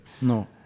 No